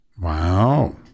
Wow